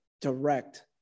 direct